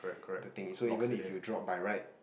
the thing so even if you drop by right